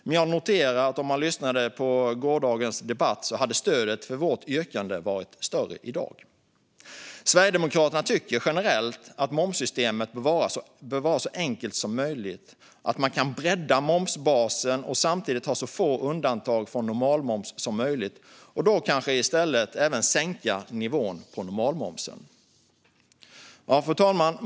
Men jag noterar utifrån gårdagens debatt att stödet för vårt yrkande hade varit större i dag. Sverigedemokraterna tycker generellt att momssystemet bör vara så enkelt som möjligt - att man kan bredda momsbasen och samtidigt ha så få undantag från normalmomsen som möjligt och kanske i stället sänka nivån på normalmomsen. Fru talman!